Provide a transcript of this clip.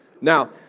Now